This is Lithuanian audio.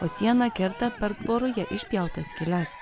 o sieną kerta per tvoroje išpjautas skyles